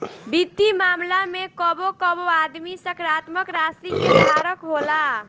वित्तीय मामला में कबो कबो आदमी सकारात्मक राशि के धारक होला